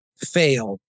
fail